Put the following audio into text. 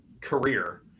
career